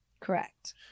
Correct